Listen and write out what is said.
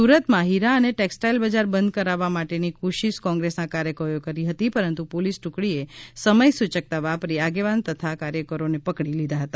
સુરતમાં હીરા અને ટેક્ષટાઈલ બજાર બંધ કરાવવા માટેની કોશિશ કોંગ્રેસના કાર્યકરોએ કરી હતી પરંતુ પોલીસ ટુકડી એ સમયસૂયકતા વાપરી આગેવાન તથા કાર્યકરોને પકડી લીધા હતા